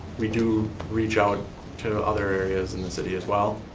we do reach out to other areas in the city as well,